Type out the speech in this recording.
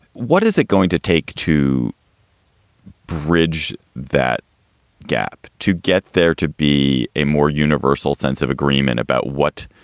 what is it going to take to bridge that gap to get there to be a more universal sense of agreement about what